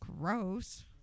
Gross